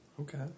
okay